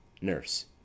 Nurse